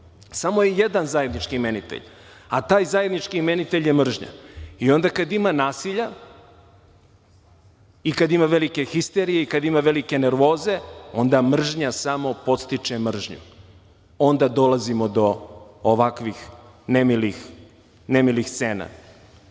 Samo je jedan zajednički imenitelj, a taj zajednički imenitelj je mržnja. I onda kad ima nasilja i kad ima velike histerije i kad ima velike nervoze, onda mržnja samo podstiče mržnju, onda dolazimo do ovakvih nemilih scena. Onda